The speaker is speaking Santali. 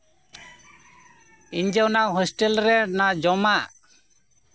ᱤᱧ ᱡᱮ ᱚᱱᱟ ᱦᱳᱥᱴᱮᱞ ᱨᱮᱱᱟᱜ ᱡᱚᱢᱟᱜ